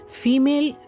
female